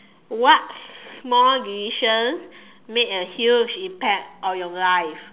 what small decision made a huge impact on your life